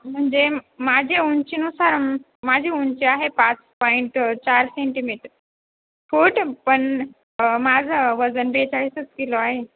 म्हणजे माझे उंचीनुसार माझी उंची आहे पाच पॉईंट चार सेंटीमीटर फूट पण माझं वजन बेचाळीसच किलो आहे